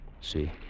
See